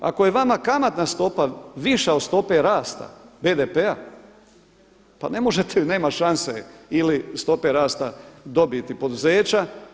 Ako je vama kamatna stopa viša od stope rasta BDP-a pa ne možete, nema šanse ili stope rasta dobiti poduzeća.